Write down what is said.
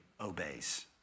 obeys